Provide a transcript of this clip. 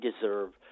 deserve